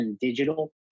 digital